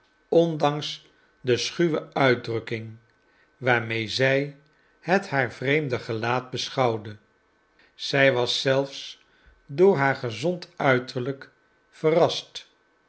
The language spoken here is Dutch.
ondanks de schuwe uitdrukking waarmee zij het haar vreemde gelaat beschouwde zij was zelfs door haar gezond uiterlijk verrast